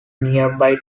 nearby